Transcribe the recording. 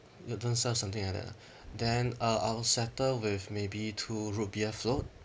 you don't sell something like that ah then uh I'll settle with maybe two root beer float